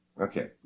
Okay